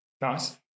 Nice